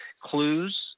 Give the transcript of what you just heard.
clues